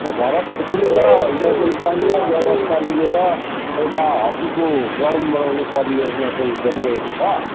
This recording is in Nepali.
र भरत छेत्री र यहाँको स्थानीय व्यवस्था मिलेर एउटा हक्कीको ग्राउन्ड बनाउने परियोजना चाहिँ गरिरहेको छ